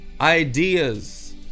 ideas